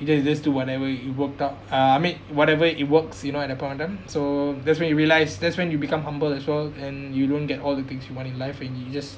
you just you just do whatever you worked out uh I whatever it works you know at that point of time so that's when you realise that's when you become humbled as well and you don't get all the things you want in life and you just